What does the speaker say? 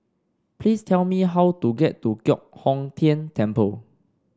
please tell me how to get to Giok Hong Tian Temple